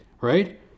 right